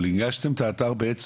אבל הנגשתם את האתר בעצם,